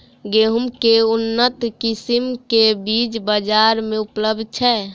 गेंहूँ केँ के उन्नत किसिम केँ बीज बजार मे उपलब्ध छैय?